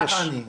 ככה אני.